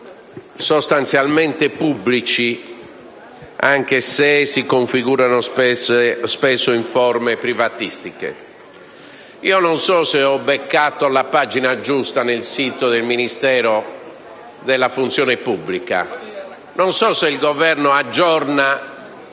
sostanzialmente pubblici, anche se si configurano spesso in forme privatistiche. Non sono sicuro di aver trovato la pagina giusta nel sito del Ministero della funzione pubblica, non so se il Governo aggiorna